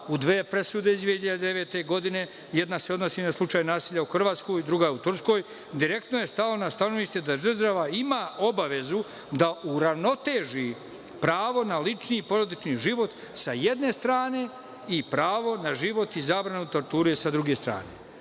u dve presude iz 2009. godine, jedna se odnosi na slučaj nasilja u Hrvatskoj i druga u Turskoj, direktno je stala na stranu da država ima obavezu da uravnoteži pravo na lični i porodični život, sa jedne strane, i pravo na život i zabranu torture sa druge strane.